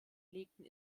legten